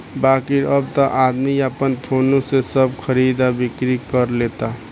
बाकिर अब त आदमी आपन फोने से सब खरीद आ बिक्री कर लेता